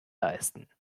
leisten